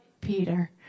Peter